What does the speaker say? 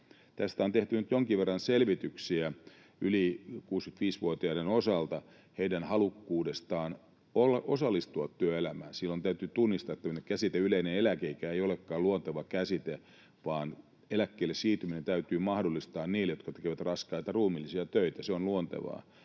muoto. On tehty nyt jonkin verran selvityksiä yli 65-vuotiaiden osalta heidän halukkuudestaan osallistua työelämään. Silloin täytyy tunnistaa, että tämmöinen käsite ”yleinen eläkeikä” ei olekaan luonteva käsite, vaan eläkkeelle siirtyminen täytyy mahdollistaa niille, jotka tekevät raskaita ruumiillisia töitä — se on luontevaa.